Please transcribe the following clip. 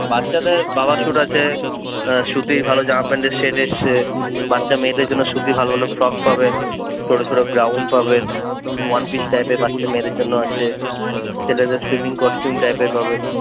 বাচ্চাদের বাবা স্যুট আছে সুতির ভালো জামাপ্যান্টের সেট এসছে বাচ্চা মেয়েদের জন্য সুতির ভালো ভালো ফ্রক পাবেন ছোট ছোট গাউন পাবেন ওয়ান পিস টাইপের বাচ্চা মেয়েদের জন্য আছে ছেলেদের সুইমিং কস্টিউম টাইপের পাবেন